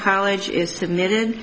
college is submitted